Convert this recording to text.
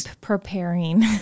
preparing